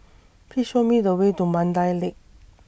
Please Show Me The Way to Mandai Lake